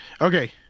Okay